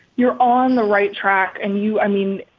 you're on the right track and you i mean,